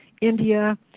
India